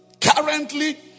currently